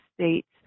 states